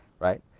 right?